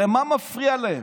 הרי מה מפריע להם?